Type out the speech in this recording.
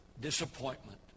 disappointment